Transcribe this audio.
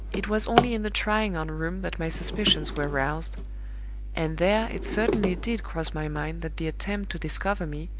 it was only in the trying-on room that my suspicions were roused and there it certainly did cross my mind that the attempt to discover me,